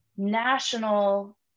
national